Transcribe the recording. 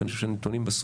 כי אני חושב שהנתונים בסוף